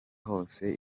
hose